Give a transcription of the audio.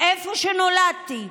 איפה שנולדתי,